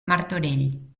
martorell